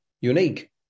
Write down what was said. unique